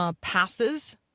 passes